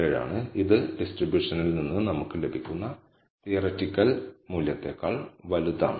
87 ആണ് ഇത് ഡിസ്ട്രിബ്യൂഷനിൽ നിന്ന് നമുക്ക് ലഭിക്കുന്ന തിയററ്റിക്കൽ വാല്യൂവിനേക്കാൾ വലുതാണ്